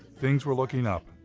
things were looking up.